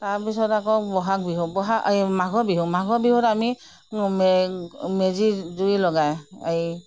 তাৰপিছত আকৌ বহাগ বিহু এই মাঘৰ বিহু মাঘৰ বিহুত আমি মেজি জুই লগায় এই